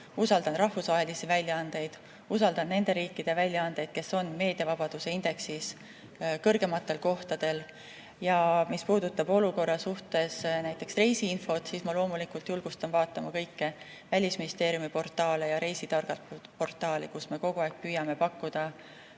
usaldan rahvusvahelisi väljaandeid, usaldan nende riikide väljaandeid, kes on meediavabaduse indeksis kõrgematel kohtadel. Ja mis puudutab selles olukorra näiteks reisiinfot, siis ma loomulikult julgustan vaatama kõiki Välisministeeriumi portaale ja Reisi Targalt portaali, kus me kogu aeg püüame pakkuda